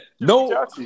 No